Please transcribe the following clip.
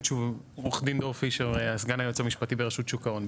עורך דין דור פישר סגן היועץ המשפטי ברשות שוק ההון.